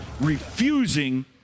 refusing